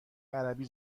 عربی